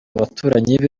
abaturanyi